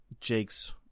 Jake's